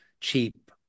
cheap